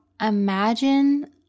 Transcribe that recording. imagine